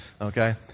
Okay